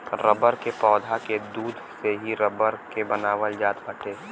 rubber के पौधा के दूध से ही रबर के बनावल जात बाटे